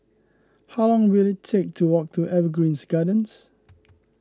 how long will it take to walk to Evergreen Gardens